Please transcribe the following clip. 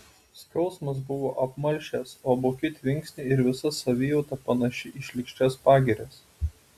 skausmas buvo apmalšęs o buki tvinksniai ir visa savijauta panaši į šlykščias pagirias